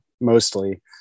mostly